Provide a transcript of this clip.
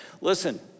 Listen